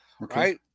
right